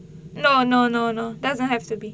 no no no no that hasn't to be